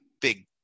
big